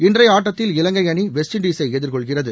இன்றைய ஆட்டத்தில் இலங்கை அணி வெஸ்ட்இண்டீஸை எதிர்கொள்கிறது